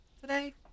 today